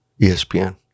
ESPN